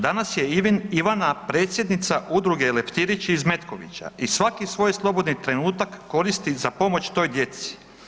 Danas je Ivana predsjednica udruge „Leptirić“ iz Metkovića i svaki svoj slobodni trenutak koristi za pomoć toj djeci.